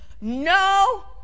No